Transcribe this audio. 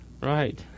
Right